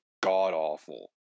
god-awful